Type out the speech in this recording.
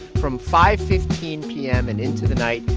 from five fifteen p m. and into the night,